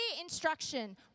instruction